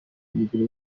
mubiri